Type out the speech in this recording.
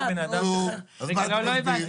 אז מה אתה מסביר?